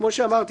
כמו שאמרתי,